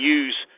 use